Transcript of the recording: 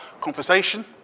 conversation